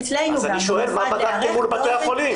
אצלנו גם במשרד להיערך --- אז אני שואל מה בדקתם מול בתי החולים.